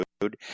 food